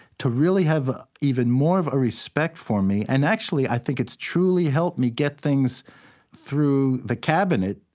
to really have ah even more of a respect for me. and actually, i think it's truly helped me get things through the cabinet,